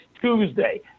Tuesday